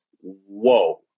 whoa